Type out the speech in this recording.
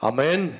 Amen